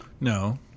No